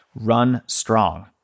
runstrong